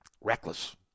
reckless